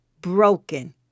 broken